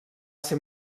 ser